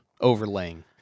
overlaying